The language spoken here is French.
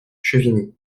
chevigny